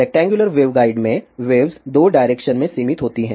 rectangular waveguide में waves 2 direction में सीमित होती हैं